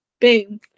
boom